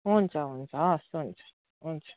हुन्छ हुन्छ हवस् हुन्छ हुन्छ